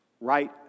right